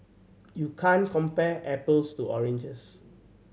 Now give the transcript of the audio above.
you can't compare apples to oranges